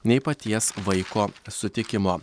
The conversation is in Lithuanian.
nei paties vaiko sutikimo